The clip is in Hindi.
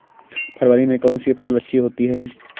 फरवरी में कौन सी फ़सल अच्छी होती है?